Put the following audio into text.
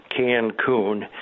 Cancun